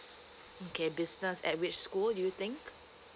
okay business at which school do you think